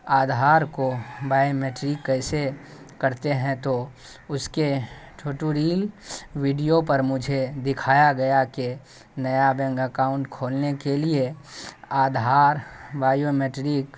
آدھار کو biometric کیسے کرتے ہیں تو اس کے ٹھوٹھوڑیل ویڈیو پر مجھے دکھایا گیا کہ نیا بینک اکاؤنٹ کھولنے کے لیے آدھار بایو میٹرک